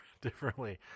differently